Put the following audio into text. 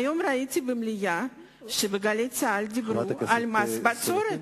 היום ראיתי במליאה שב"גלי צה"ל" דיברו על מס בצורת.